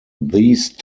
these